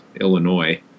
Illinois